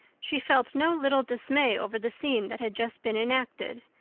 she felt no little dismay over the scene that had just been enacted.